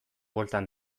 bueltan